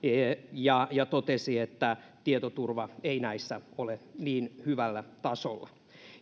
ja ja totesi että tietoturva ei näissä ole niin hyvällä tasolla